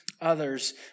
others